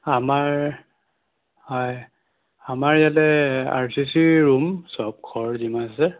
আমাৰ হয় আমাৰ ইয়াতে আৰ চি চি ৰুম চব ঘৰ যিমান আছে